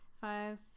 Five